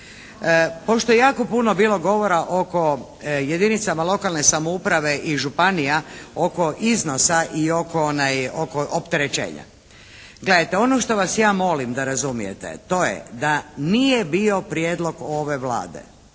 Pošto je jako puno bilo govora oko jedinica lokalne samouprave i županija oko iznosa i oko opterećenja. Gledajte, ono što vas ja molim da razumijete to je da nije bio prijedlog ove Vlade